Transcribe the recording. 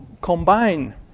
combine